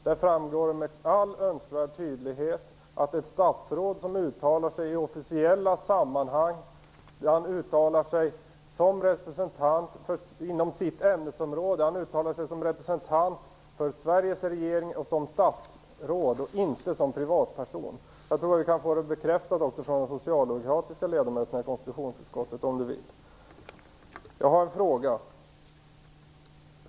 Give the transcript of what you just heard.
Där framgår med all önskvärd tydlighet att ett statsråd som uttalar sig i officiella sammanhang uttalar sig som representant inom sitt ämnesområde, som representant för Sveriges regering och som statsråd, inte som privatperson. Jag tror att vi kan få det bekräftat också från de socialdemokratiska ledamöterna i konstitutionsutskottet. Jag har en fråga.